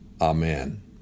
Amen